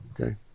okay